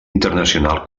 internacional